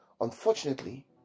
Unfortunately